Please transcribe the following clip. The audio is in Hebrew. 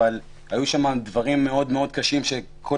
אך היו שם דברים מאוד מאוד קשים שבערך כל